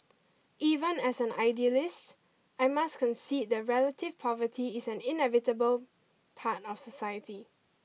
even as an idealist I must concede that relative poverty is an inevitable part of society